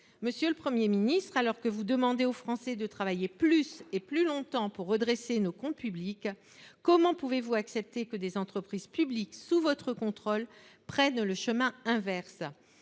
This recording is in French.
Monsieur le Premier ministre, alors que vous demandez aux Français de travailler plus et plus longtemps pour redresser nos comptes publics, comment pouvez vous accepter que des entreprises publiques, sous votre contrôle, prennent le chemin inverse ?